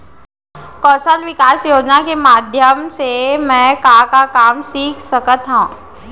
कौशल विकास योजना के माधयम से मैं का का काम सीख सकत हव?